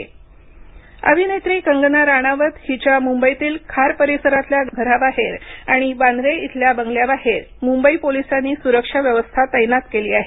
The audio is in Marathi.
दरम्यान कगना सुरक्षा अभिनेत्री कंगना राणावत हिच्या मुंबईतील खार परिसरातल्या घराबाहेर आणि वांद्रे इथल्या बंगल्याबाहेर मुंबई पोलिसांनी सुरक्षा व्यवस्था तैनात केली आहे